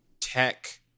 tech